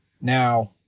now